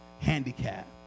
Handicap